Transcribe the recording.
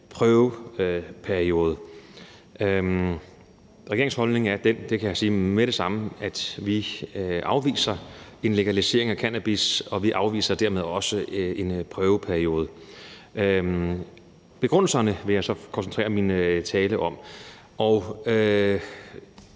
prøveperiode. Regeringens holdning er den, og det kan jeg sige med det samme, at vi afviser en legalisering af cannabis, og vi afviser dermed også en prøveperiode. Jeg vil så koncentrere min tale om